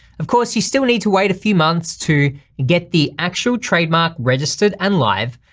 of course, you still need to wait a few months to get the actual trademark registered and live,